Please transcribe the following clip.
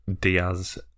Diaz